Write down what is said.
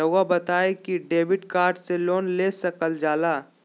रहुआ बताइं कि डेबिट कार्ड से लोन ले सकल जाला?